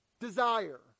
desire